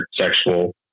sexual